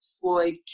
Floyd